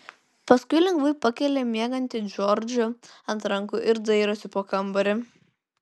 paskui lengvai pakelia miegantį džordžą ant rankų ir dairosi po kambarį